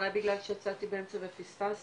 אולי בגלל שיצאתי באמצע ופספסתי,